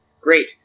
Great